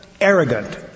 arrogant